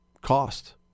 cost